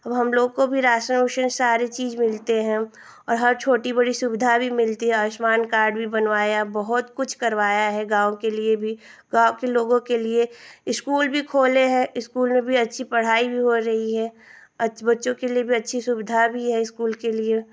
अब हमलोग को भी राशन उशन सारी चीज़ें मिलती हैं और हर छोटी बड़ी सुविधा भी मिलती है आयुष्मान कार्ड भी बनवाया बहुत कुछ करवाया है गाँव के लिए भी गाँव के लोगों के लिए इस्कूल भी खोले हैं इस्कूल में भी अच्छी पढ़ाई भी हो रही है बच्चों के लिए भी अच्छी सुविधा भी है स्कूल के लिए